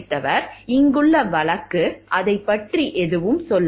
இங்குள்ள வழக்கு அதைப் பற்றி எதுவும் சொல்லவில்லை